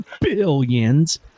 billions